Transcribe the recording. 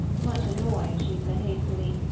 much annoyed, she said hastily,